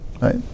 right